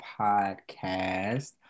podcast